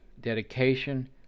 dedication